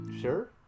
Sure